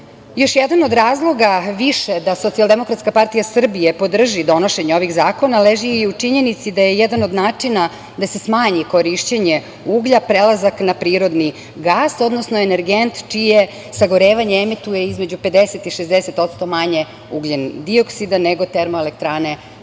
jedan od razloga više da SDPS podrži donošenje ovih zakona leži i u činjenici da je jedan od načina da se smanji korišćenje uglja prelazak na prirodni gas, odnosno energent čije sagorevanje emituje između 50% i 60% manje ugljendioksida nego termoelektrane na